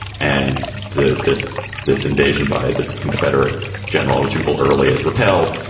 and to this this invasion by this confederate general, jubal early is repelled.